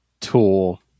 tool